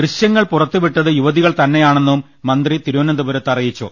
ദൃശ്യങ്ങൾ പുറത്തുവിട്ടത് യുവതികൾതന്നെയാണെന്നും മന്ത്രി തിരുവന്തപുരത്ത് അറിയിച്ചു